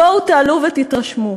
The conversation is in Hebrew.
בואו ותעלו ותתרשמו.